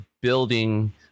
building